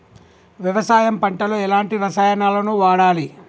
వ్యవసాయం పంట లో ఎలాంటి రసాయనాలను వాడాలి?